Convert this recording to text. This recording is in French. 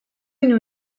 nous